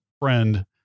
friend